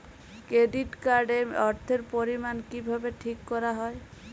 Credit card এর অর্থের পরিমান কিভাবে ঠিক করা হয়?